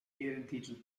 ehrentitel